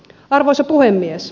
arvoisa puhemies